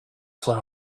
fly